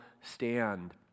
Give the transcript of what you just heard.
stand